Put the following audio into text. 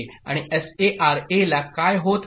आणि S A काय होत आहे